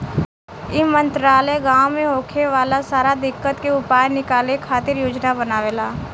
ई मंत्रालय गाँव मे होखे वाला सारा दिक्कत के उपाय निकाले खातिर योजना बनावेला